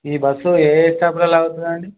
ఈ బస్సు ఏ ఏ స్టాప్లలో ఆగుతుంది అండి